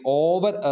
over